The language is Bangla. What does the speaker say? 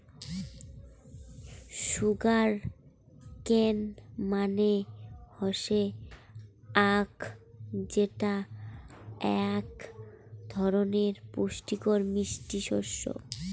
সুগার কেন্ মানে হসে আখ যেটো আক ধরণের পুষ্টিকর মিষ্টি শস্য